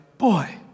boy